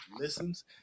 listens